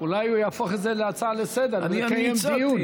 אולי הוא יהפוך את זה להצעה לסדר-היום ונקיים דיון.